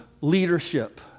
leadership